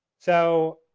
so,